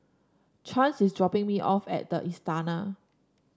Chance is dropping me off at the Istana